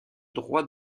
droit